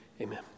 Amen